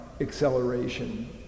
acceleration